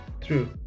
True